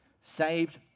saved